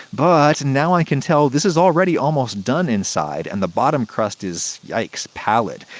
but now i can tell this is already almost done inside, and the bottom crust is yikes. pallid.